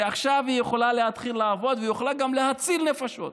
שיכולה להתחיל לעבוד ויכולה להציל נפשות.